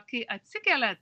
kai atsikelia